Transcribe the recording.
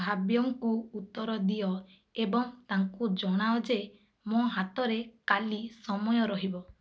ଭାବ୍ୟଙ୍କୁ ଉତ୍ତର ଦିଅ ଏବଂ ତାଙ୍କୁ ଜଣାଅ ଯେ ମୋ ହାତରେ କାଲି ସମୟ ରହିବ